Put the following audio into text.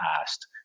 asked